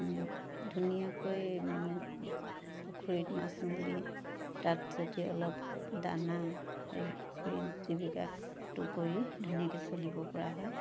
ধুনীয়াকৈ মানে পুখুৰীত মাছ মেলি তাত যদি অলপ দানা সেই জীৱিকাটো কৰি ধুনীয়াকৈ চলিব পৰা হয়